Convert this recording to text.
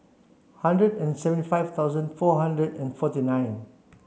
hundred and seventy five thousand four hundred and forty nine